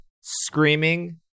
screaming